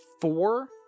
four